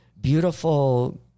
beautiful